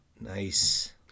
Nice